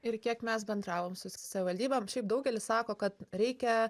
ir kiek mes bendravom su savivaldybėm šiaip daugelis sako kad reikia